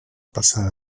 passar